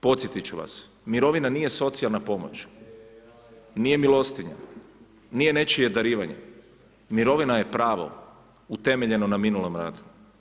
Podsjetit ću vas, mirovina nije socijalna pomoć, nije milostinja, nije nečije darivanje, mirovina je pravo utemeljeno na minulom radu.